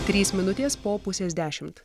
trys minutės po pusės dešimt